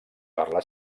parla